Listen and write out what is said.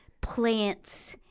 plants